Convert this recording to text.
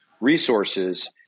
resources